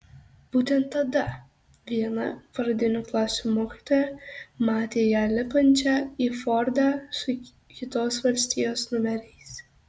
būtent tada viena pradinių klasių mokytoja matė ją lipančią į fordą su kitos valstijos numeriais